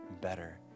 better